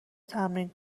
تمرین